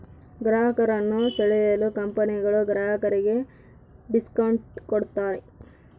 ಗ್ರಾಹಕರನ್ನು ಸೆಳೆಯಲು ಕಂಪನಿಗಳು ಗ್ರಾಹಕರಿಗೆ ಡಿಸ್ಕೌಂಟ್ ಕೂಡತಾರೆ